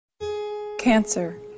Cancer